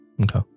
okay